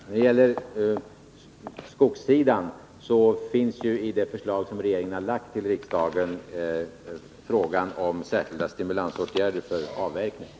När det gäller skogssidan vill jag säga att frågan om särskilda stimulansåtgärder för avverkning finns med i det förslag som regeringen framlagt för riksdagen.